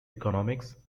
economics